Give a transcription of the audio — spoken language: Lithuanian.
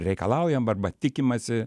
reikalaujam arba tikimasi